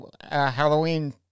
Halloween